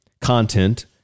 content